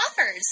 offers